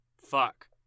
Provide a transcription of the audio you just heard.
Fuck